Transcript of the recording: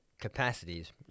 capacities